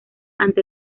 ante